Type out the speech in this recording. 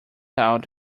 out